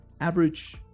average